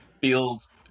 feels